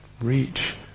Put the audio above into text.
reach